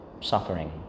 suffering